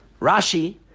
Rashi